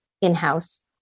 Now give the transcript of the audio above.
in-house